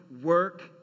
Work